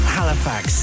Halifax